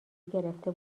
گرفته